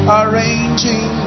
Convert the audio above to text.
arranging